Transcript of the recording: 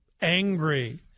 angry